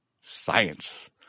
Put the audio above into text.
science